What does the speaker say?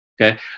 Okay